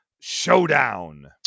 showdown